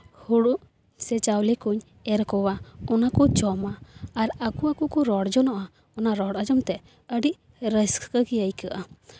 ᱦᱳᱲᱳ ᱥᱮ ᱪᱟᱣᱞᱮ ᱠᱚᱹᱧ ᱮᱨ ᱠᱚᱣᱟ ᱚᱱᱟ ᱠᱚ ᱡᱚᱢᱟ ᱟᱨ ᱟᱠᱚ ᱟᱠᱚ ᱠᱚ ᱨᱚᱲ ᱡᱚᱱᱟᱜᱼᱟ ᱚᱱᱟ ᱨᱚᱲ ᱟᱸᱡᱚᱢ ᱛᱮ ᱟᱹᱰᱤ ᱨᱟᱹᱥᱠᱟᱹ ᱜᱮ ᱟᱹᱭᱠᱟᱹᱜᱼᱟ